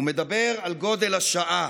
הוא מדבר על גודל השעה.